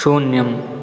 शून्यम्